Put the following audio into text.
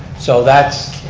so that's.